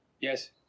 Yes